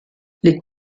les